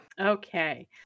okay